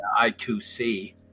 I2C